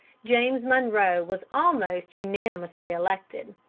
james monroe was almost unanimously elected.